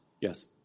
yes